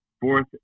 Fourth